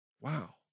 Wow